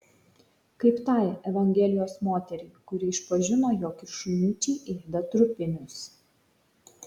kaip tai evangelijos moteriai kuri išpažino jog ir šunyčiai ėda trupinius